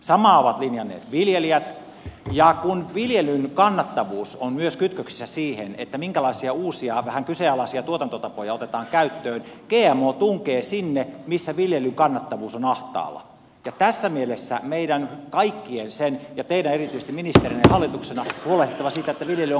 samaa ovat linjanneet viljelijät ja kun viljelyn kannattavuus on myös kytköksissä siihen minkälaisia uusia vähän kyseenalaisia tuotantotapoja otetaan käyttöön gmo tunkee sinne missä viljelyn kannattavuus on ahtaalla ja tässä mielessä meidän kaikkien ja teidän erityisesti ministerinä ja hallituksena on huolehdittava siitä että viljely on kannattavaa